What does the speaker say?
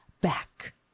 back